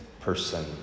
person